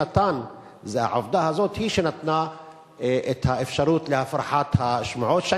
העובדה הזאת היא שנתנה את האפשרות להפרחת השמועות,